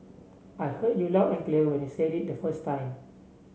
I heard you loud and clear when you said it the first time